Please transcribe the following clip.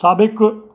साबिक़ु